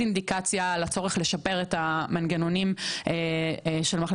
של מחלקת הפיקדונות להשבת כספים למי שהם שייכים,